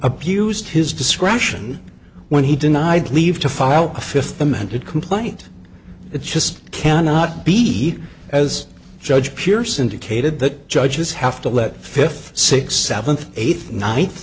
abused his discretion when he denied leave to file a fifth amended complaint it just cannot be as judge pierce indicated that judges have to let fifth sixth seventh eighth ninth